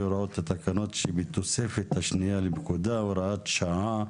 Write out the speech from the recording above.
הוראות התקנון שבתוספת השנייה לפקודה) (הוראת שעה),